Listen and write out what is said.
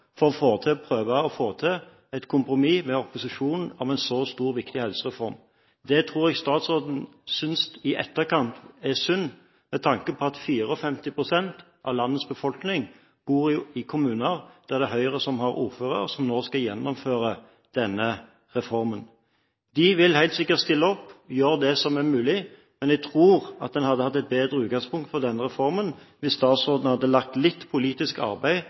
så stor og viktig helsereform. Det tror jeg statsråden i etterkant synes er synd, med tanke på at 54 pst. av landets befolkning bor i kommuner der det er Høyre som har ordføreren, og som nå skal gjennomføre denne reformen. De vil helt sikkert stille opp og gjøre det som er mulig, men jeg tror en hadde hatt et bedre utgangspunkt for denne reformen hvis statsråden hadde lagt ned litt politisk arbeid